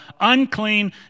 unclean